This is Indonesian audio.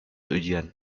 ujian